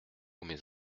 mes